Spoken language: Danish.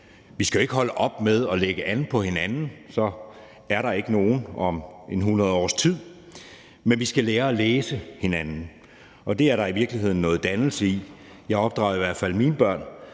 Vi skal ikke holde op med at lægge an på hinanden, for så er der ikke nogen om hundrede års tid, men vi skal lære at læse hinanden, og det er der i virkeligheden noget dannelse i. Jeg opdrager i hvert fald mine børn